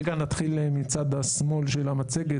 רגע נתחיל מצד שמאל של המצגת.